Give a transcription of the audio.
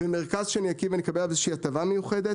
במרכז שאני אקים ואני אקבל עליו איזושהי הטבה מיוחדת,